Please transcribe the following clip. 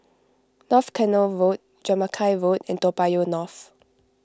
North Canal Road Jamaica Road and Toa Payoh North